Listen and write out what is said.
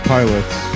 Pilots